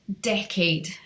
decade